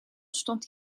stond